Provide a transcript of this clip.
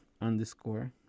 underscore